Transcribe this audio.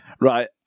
Right